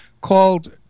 called